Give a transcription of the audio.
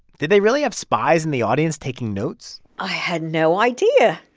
did they really have spies in the audience taking notes? i had no idea.